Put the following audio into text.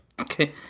Okay